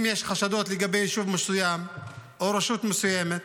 ואם יש חשדות לגבי יישוב מסוים או רשות מסוימת,